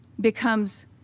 becomes